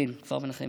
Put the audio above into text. כפר מנחם